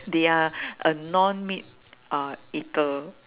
they're a non meat uh eater